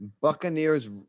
Buccaneers